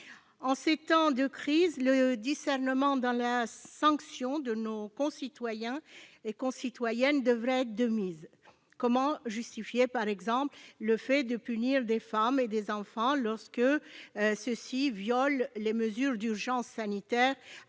En ces temps de crise, le discernement dans la sanction de nos concitoyens et concitoyennes devrait être de mise. Comment justifier, par exemple, le fait de punir des femmes et des enfants lorsque ceux-ci violent les mesures d'urgence sanitaire